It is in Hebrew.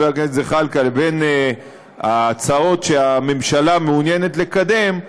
הכנסת זחאלקה לבין ההצעות שהממשלה מעוניינת לקדם,